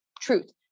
truth